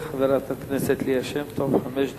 לרשותך, חברת הכנסת ליה שמטוב, חמש דקות.